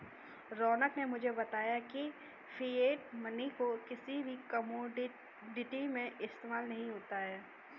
रौनक ने मुझे बताया की फिएट मनी को किसी भी कोमोडिटी में इस्तेमाल नहीं होता है